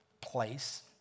place